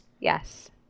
Yes